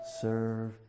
serve